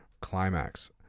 climax